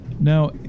Now